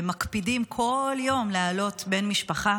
והם מקפידים כל יום להעלות בן משפחה